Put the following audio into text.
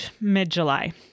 mid-July